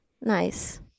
Nice